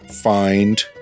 find